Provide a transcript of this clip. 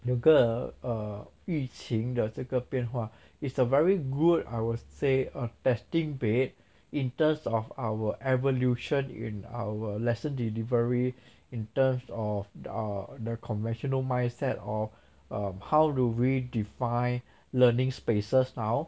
有个 err 疫情的这个变化 is a very good I will say err testing bed in terms of our evolution in our lesson delivery in terms of err the conventional mindset or um how do we define learning spaces now